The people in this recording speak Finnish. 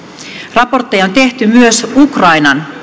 raportteja on tehty myös ukrainan